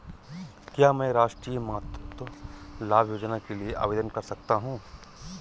क्या मैं राष्ट्रीय मातृत्व लाभ योजना के लिए आवेदन कर सकता हूँ?